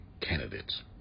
candidates